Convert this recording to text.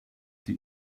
die